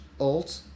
Alt